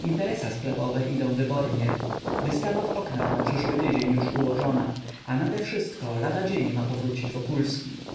interesa sklepowe idą wybornie wystawa w oknach na przyszły tydzień już ułożona a nadewszystko lada dzień ma powrócić wokulski nareszcie pan